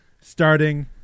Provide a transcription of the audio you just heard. starting